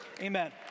amen